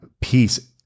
peace